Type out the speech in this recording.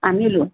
আনিলো